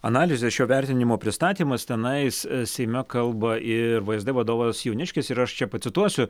analizės šio vertinimo pristatymas tenais seime kalba ir vsd vadovas jauniškis ir aš čia pacituosiu